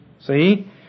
See